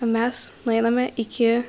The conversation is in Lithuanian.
mes nueiname iki